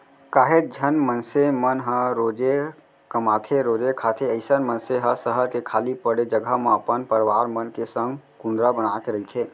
काहेच झन मनसे मन ह रोजे कमाथेरोजे खाथे अइसन मनसे ह सहर के खाली पड़े जघा म अपन परवार मन के संग कुंदरा बनाके रहिथे